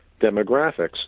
demographics